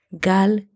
Gal